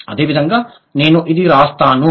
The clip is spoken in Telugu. అదేవిధంగా నేను ఇది రాస్తాను